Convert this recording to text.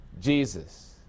Jesus